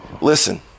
Listen